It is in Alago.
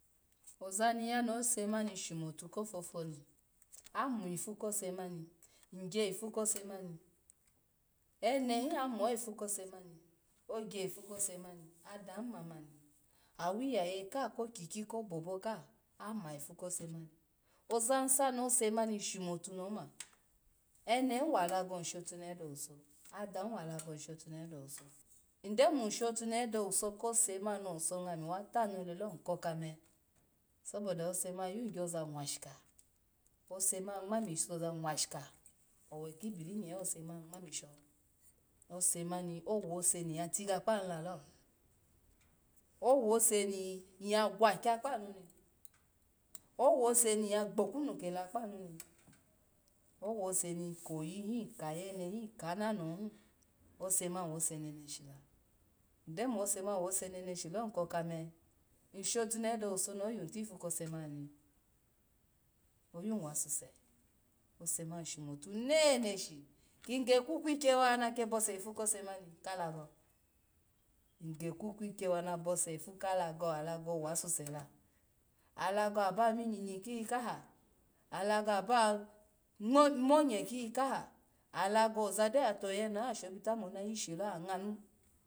Ozani ya mani shomutu ko pwopwo ni amu ipu ko semani, ny gya ipu ko se ma, enehi amu pu ko semani ogya ipu ko se mani, adahi mamani, wiya ikka ko kiki ko popo kaha ama ipu ko semani ozani sa ose mani shotunehe noma enehi wa lago ny shotunehe dowuso, adahi wa lgo ny shotunehe dowuso, ny do mu shotunehe dowuso kose mani nowuso nwo mi watanyni lo ny ko kama saboda ose mani yu gyoza nwshika ose mani nwanisho za nwshika owe kibiri nya ose mani nwmishoho ose mani owuse ni ya tiga kpanu lalo, owuse ni nyya gwe kya kpa nu ni, owuse ni nyya gbokunu kela kpa nuni, owuseni koyihu, kayenehi kananoho hi ose man owuse neneshi la, ny gyo mu oseman wuse neneshi la lo ny kokame, ny shotunehe dowuso no yotipu kose mamni oyowa suse neneshi ki gaku kwikyo wa na kibose ifu kosema kalago, alago wa suse la, alago aba minyinyi kiyi kaha, alago aba monye kiyi kaha alago, oza gyo tato yeneho oyasho bita mu na yishilo oya nwonu